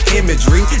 imagery